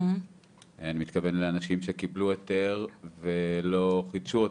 אני מתכוון לאנשים שקיבלו היתר ולא חידשו אותו.